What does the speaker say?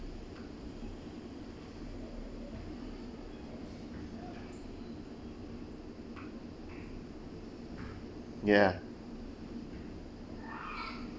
ya